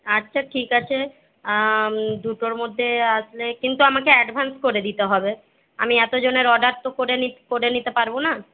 আচ্ছা ঠিক আছে দুটোর মধ্যে আসলে কিন্তু আমাকে অ্যাডভান্স করে দিতে হবে আমি এত জনের অর্ডার তো করে করে নিতে পারব না